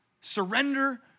Surrender